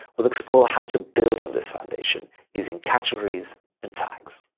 we'll explore how to build on this foundation, using categories and tags.